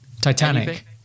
Titanic